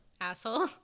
asshole